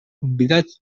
convidats